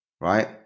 right